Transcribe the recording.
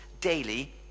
daily